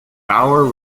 bower